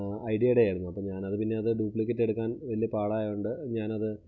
ഐഡിയെടെയിരുന്നു അപ്പം ഞാനത് പിന്നെ ഡ്യൂപ്ലിക്കറ്റെടുക്കാൻ വലിയ പാടായത് കൊണ്ട് ഞാനത്